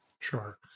Sure